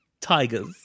tigers